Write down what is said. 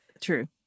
True